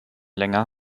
länger